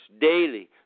daily